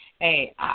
hey